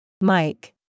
Mike